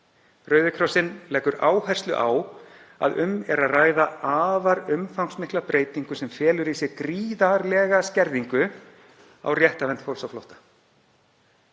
Rauði krossinn leggur áherslu á að um er að ræða afar umfangsmikla breytingu sem felur í sér gríðarlega skerðingu á réttarvernd fólks á flótta.“